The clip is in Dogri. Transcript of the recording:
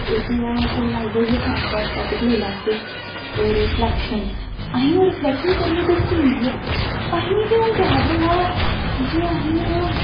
जे अस तुस लाई लैओ जे साईंस दा अस टापिक लेई लैचै रिफलैक्शन असें गी ओह् रिफलैक्शन करियै दस्सी दी ऐ तां असें गी ओह् याद र'वा दा जे असेंगी ओह्